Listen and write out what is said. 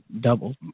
double